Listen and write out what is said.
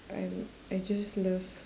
I would I just love